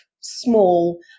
small